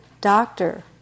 Doctor